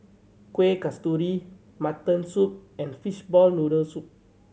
Kuih Kasturi mutton soup and fishball noodle soup